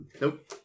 Nope